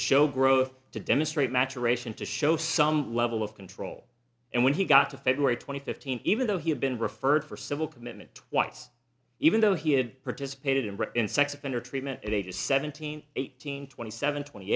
show growth to demonstrate maturation to show some level of control and when he got to february twenty fifteen even though he had been referred for civil commitment twice even though he had participated in in sex offender treatment at ages seventeen eighteen twenty seven twenty